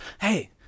hey